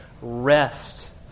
Rest